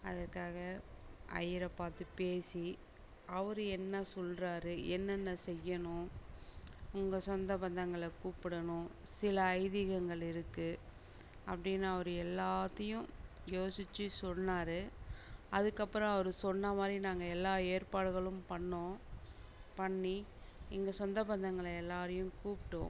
அதுக்காக ஐயர பார்த்து பேசி அவரு என்ன சொல்கிறாரு என்னென்ன செய்யணும் உங்கள் சொந்த பந்தங்களை கூப்பிடணும் சில ஐதீகங்கள் இருக்குது அப்படின்னு அவரு எல்லாத்தையும் யோசித்து சொன்னாரு அதுக்கப்பறம் அவரு சொன்ன மாதிரி நாங்கள் எல்லா ஏற்பாடுகளும் பண்ணோம் பண்ணி எங்கள் சொந்த பந்தங்களை எல்லாரையும் கூப்பிட்டோம்